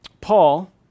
Paul